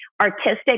artistic